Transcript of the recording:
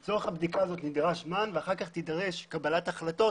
נדרש זמן לצורך הבדיקה, ואחר כך תידרש קבלת החלטות